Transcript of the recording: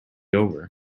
over